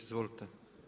Izvolite.